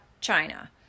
China